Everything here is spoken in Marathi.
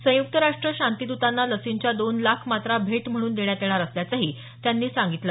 संयुक्त राष्ट्र शांतीद्रतांना लसींच्या दोन लाख मात्रा भेट म्हणून देण्यात येणार असल्याचंही त्यांनी सांगितलं